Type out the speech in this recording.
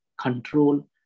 control